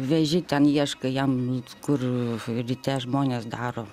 veži ten ieškai jam kur ryte žmonės daro